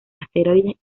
asteroides